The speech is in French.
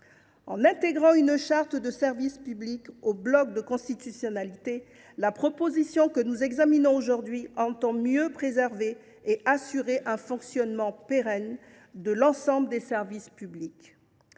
En intégrant une charte des services publics au bloc de constitutionnalité, la proposition de loi constitutionnelle que nous examinons aujourd’hui entend mieux préserver et assurer un fonctionnement pérenne de l’ensemble des services publics.